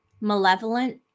malevolent